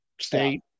state